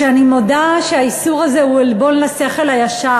כשאני מודה שהאיסור הזה הוא עלבון לשכל הישר.